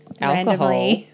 alcohol